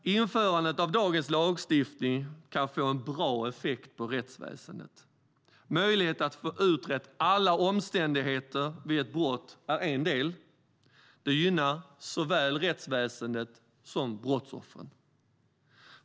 Införandet av dagens lagstiftning kan få en bra effekt på rättsväsendet. Möjligheten att utreda alla omständigheter vid ett brott är en del. Det gynnar såväl rättsväsendet som brottsoffren.